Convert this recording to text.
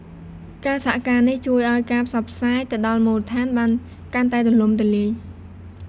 ការសហការនេះជួយឱ្យការផ្សព្វផ្សាយទៅដល់មូលដ្ឋានបានកាន់តែទូលំទូលាយ។